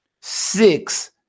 six